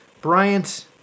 Bryant